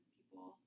people